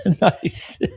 Nice